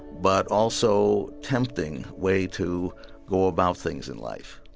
but also tempting way to go about things in life